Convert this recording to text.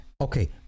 Okay